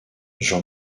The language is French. jean